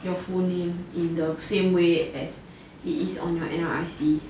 your full name in the same way as it is on your N_R_I_C